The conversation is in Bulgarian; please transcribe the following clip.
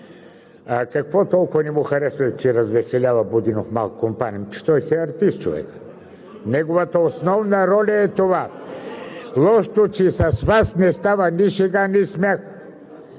Какво толкова не му харесвате, че развеселява Будинов? Че той си е артист човекът. Неговата основна роля е това. Лошото е, че с Вас не става ни шега, ни смях.